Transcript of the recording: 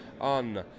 on